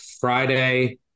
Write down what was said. Friday